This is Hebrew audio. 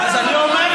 אני מעדיף